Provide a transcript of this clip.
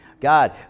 God